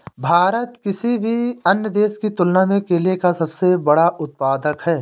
भारत किसी भी अन्य देश की तुलना में केले का सबसे बड़ा उत्पादक है